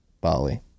Bali